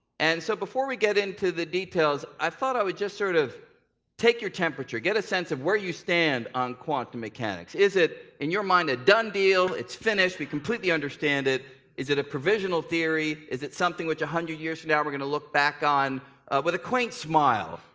and so before we get into the details, i thought i would just sort of take your temperature. get a sense of where you stand on quantum mechanics. is it, in your mind, a done deal? it's finished, we completely understand it? is it a provisional theory? is it something which one hundred years from now we're gonna look back on with a quaint smile?